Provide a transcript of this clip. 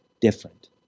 different